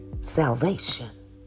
salvation